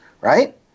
Right